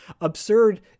absurd